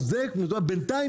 בינתיים,